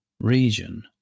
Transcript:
region